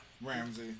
Ramsey